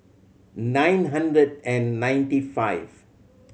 nine hundred and ninety five